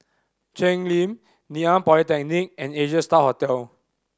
Cheng Lim Ngee Ann Polytechnic and Asia Star Hotel